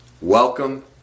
Welcome